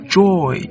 joy